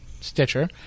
Stitcher